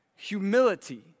humility